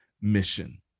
mission